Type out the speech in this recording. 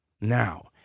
Now